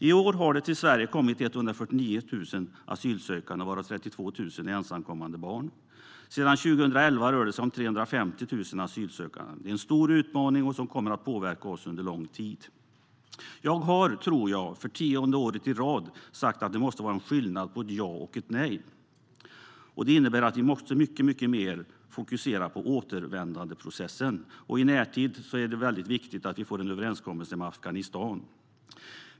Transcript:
I år har det kommit 149 000 asylsökande till Sverige, varav 32 000 ensamkommande barn. Sedan 2011 rör det sig om 350 0000 asylsökande. Detta är en stor utmaning som kommer att påverka oss under lång tid. Jag har, tror jag, för tionde året i rad sagt att det måste vara skillnad på ett ja och ett nej. Det innebär att vi måste fokusera mycket mer på återvändandeprocessen. I närtid är det väldigt viktigt att vi får en överenskommelse med Afghanistan.